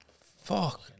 Fuck